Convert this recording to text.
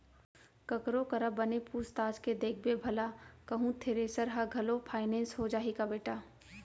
ककरो करा बने पूछ ताछ के देखबे भला कहूँ थेरेसर ह घलौ फाइनेंस हो जाही का बेटा?